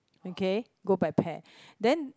okay go by pair then